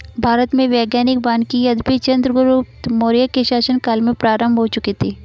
भारत में वैज्ञानिक वानिकी यद्यपि चंद्रगुप्त मौर्य के शासन काल में प्रारंभ हो चुकी थी